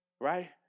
right